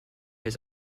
his